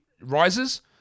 rises